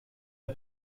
der